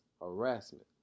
harassment